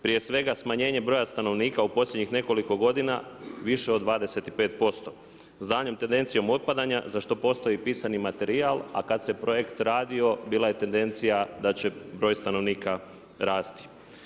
Prije svega smanjenje broja stanovnika u posljednjih nekoliko godina više od 25% za daljnjom tendencijom opadanja za što postoji i pisani materijal, a kad se projekt radio bila je tendencija da će broj stanovnika rasti.